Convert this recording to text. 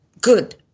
good